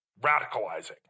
radicalizing